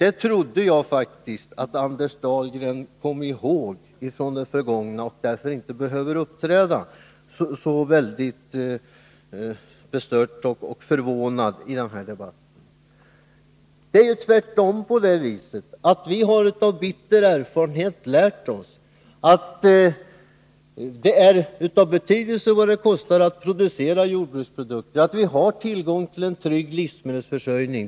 Det trodde jag faktiskt att Anders Dahlgren kom ihåg från det förgångna. Han borde därför inte behöva uppträda så bestört och förvånad i denna debatt. Vi har tvärtom av bitter erfarenhet lärt oss att det är av betydelse vad det kostar att producera jordbruksprodukter och att det är viktigt att vi har en trygg livsmedelsförsörjning.